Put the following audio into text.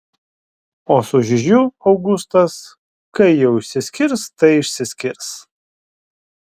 o su žižiu augustas kai jau išsiskirs tai išsiskirs